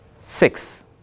Six